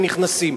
נכנסים.